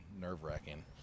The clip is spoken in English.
nerve-wracking